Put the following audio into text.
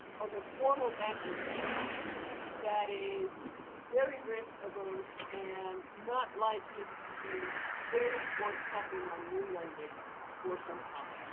of a formal banking sector that is very risk averse and not likely to be very forthcoming on new lending for some time.